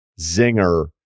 zinger